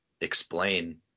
explain